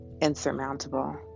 insurmountable